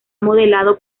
modelado